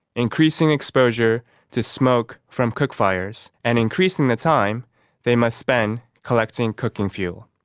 increasing exposure to smoke from cook fires and increasing the time they must spend collecting cooking fuel.